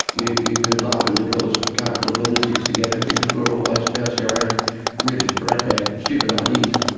you you could laughingly call us a couple of lunatics together because we were always bouncing around really ratbag stupid ideas.